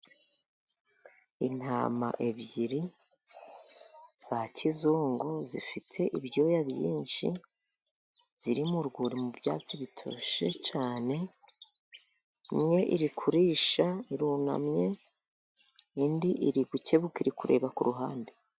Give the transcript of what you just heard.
Intama ebyiri za kizungu zifite ibyoya byinshi ziri mu urwuri mu byatsi bitoshe cyane, imwe iri kurisha irunamye indi iri gukebuka iri kureba kuruhande.